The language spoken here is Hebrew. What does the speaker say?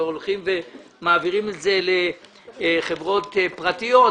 הולכים ומעבירים את זה לחברות פרטיות,